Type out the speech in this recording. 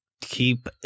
keep